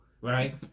Right